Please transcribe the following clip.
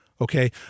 Okay